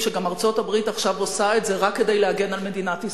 שגם ארצות-הברית עכשיו עושה את זה רק כדי להגן על מדינת ישראל.